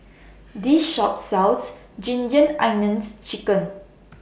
This Shop sells Ginger Onions Chicken